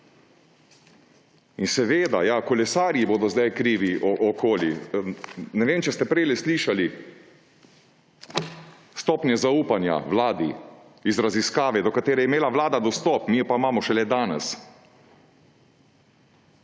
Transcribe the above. In seveda, kolesarji bodo zdaj krivi. Ne vem, če ste prej slišali, stopnje zaupanja vladi iz raziskave, do katere je imela vlada dostop, mi jo pa imamo šele danes.